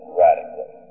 radically